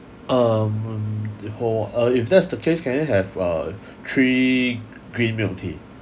um ho~ uh if that's the case can I have uh a three green milk tea